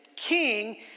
king